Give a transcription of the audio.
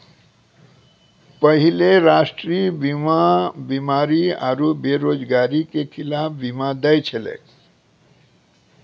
पहिले राष्ट्रीय बीमा बीमारी आरु बेरोजगारी के खिलाफ बीमा दै छलै